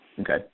Okay